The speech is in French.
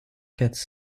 quatre